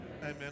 Amen